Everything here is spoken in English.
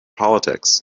politics